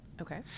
Okay